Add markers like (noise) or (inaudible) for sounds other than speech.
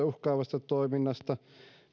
(unintelligible) uhkaavasta toiminnasta